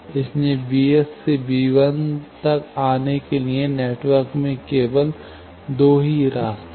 इसलिए bs से b1 तक आने के लिए नेटवर्क में केवल दो ही रास्ते हैं